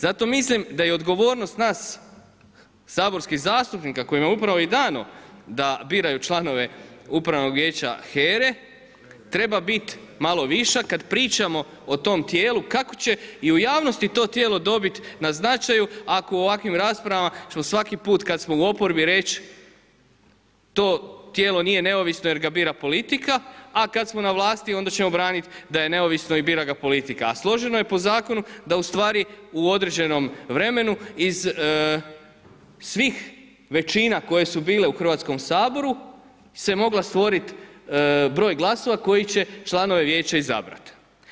Zato mislim da je odgovornost nas saborskih zastupnika kojima je upravo i dano da biraju članove upravnog vijeća HERA-e treba biti malo viša kad pričamo o tom tijelu kako će i u javnosti to tijelo dobiti na značaju ako u ovakvim raspravama smo svaki put kad smo u oporbi reći to tijelo nije neovisno jer ga bira politika, a kad smo na vlasti, onda ćemo braniti da je neovisno i bira ga politika, a složeno je po zakonu da ustvari u određenom vremenu iz svih većina koje su bile u Hrvatskom saboru se mogao stvoriti broj glasova koji će članove vijeća izabrati.